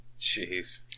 Jeez